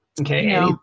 Okay